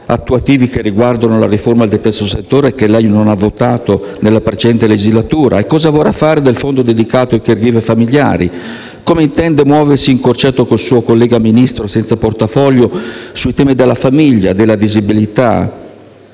attuativi che riguardano la riforma del terzo settore, che lei non ha votato nella precedente legislatura. Cosa vorrà poi fare del fondo dedicato ai *caregiver* familiari? Come intende muoversi in concerto con il suo collega Ministro senza portafoglio sui temi della famiglia e della disabilità?